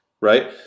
right